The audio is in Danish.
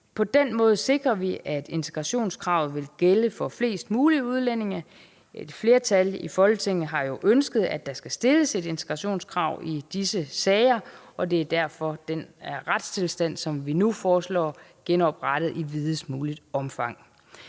På den måde sikrer vi, at integrationskravet vil gælde for flest mulige udlændinge. Et flertal i Folketinget har jo ønsket, at der skal stilles et integrationskrav i disse sager, og det er derfor den retstilstand, som vi nu foreslår genoprettet i videst muligt omfang.